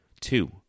Two